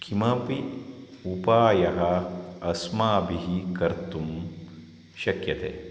किमपि उपायः अस्माभिः कर्तुं शक्यते